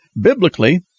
Biblically